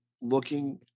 looking